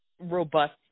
robust